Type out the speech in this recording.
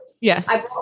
yes